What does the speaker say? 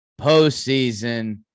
postseason